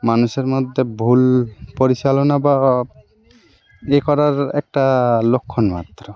মানুষের মধ্যে ভুল পরিচালনা বা ইয়ে করার একটা লক্ষণমাত্র